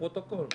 לפרוטוקול.